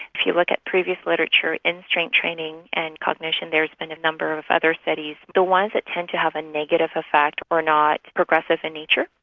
if you look at previous literature in strength training and cognition there has been a number of of other studies. the ones that tend to have a negative effect are not progressive in nature,